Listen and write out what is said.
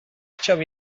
chciał